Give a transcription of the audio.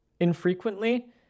infrequently